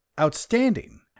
outstanding